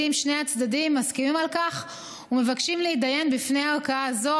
שבהם שני הצדדים מסכימים על כך ומבקשים להתדיין בפני ערכאה זו,